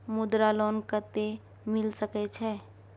मुद्रा लोन कत्ते मिल सके छै?